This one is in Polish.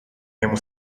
niemu